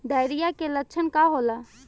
Diarrhoea के लक्षण का होला?